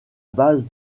base